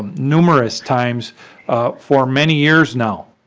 numerous times for many years now.